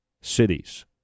cities